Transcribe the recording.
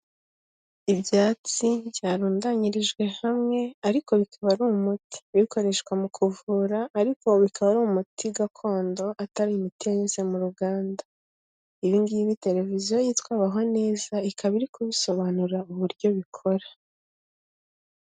Ibyatsi byarundanyirijwe hamwe ariko bikaba ari umuti, bikoreshwa mu kuvura ariko bikaba ari umuti gakondo, atari imiti yanze mu ruganda. Ibi ngibi televiziyo yitwa Baho Neza, ikaba iri kubisobanura uburyo bikora.